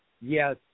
Yes